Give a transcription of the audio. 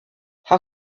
how